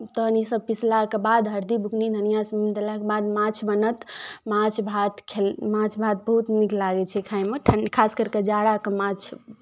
तखन ईसभ पिसलाके बाद हरदि बुकनी धनिआँ बुकनीसभ देलक तकर बाद माछ बनत माछ भात खेल माछ भात बहुत नीक लागै छै खायमे ठण्ड खास करि कऽ जाड़ाके माछ